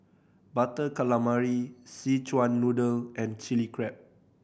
Butter Calamari Szechuan Noodle and Chilli Crab